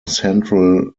central